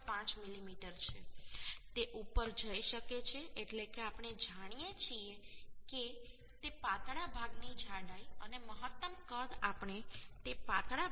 5મીમી છે તે ઉપર જઈ શકે છે એટલે કે આપણે જાણીએ છીએ તે પાતળા ભાગની જાડાઈ અને મહત્તમ કદ આપણે તે પાતળા ભાગની જાડાઈ 1